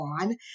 on